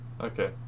Okay